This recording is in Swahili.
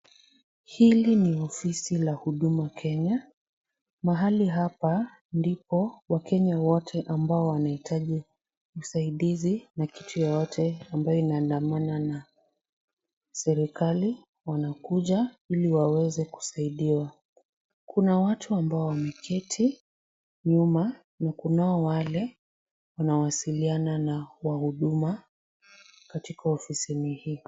Hili ni ofisi la huduma Kenya. Mahali hapa ndipo wakenya wote ambao wanahitaji usaidizi na kitu yoyote ambayo inaandamana na serikali wanakuja, ili waweze kusaidiwa. Kuna watu ambao wameketi nyuma na kunao wale wanawasiliana na wahuduma katika ofisini hii.